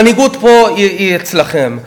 המנהיגות פה היא אצלכם.